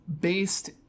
based